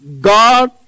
God